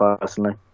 personally